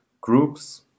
groups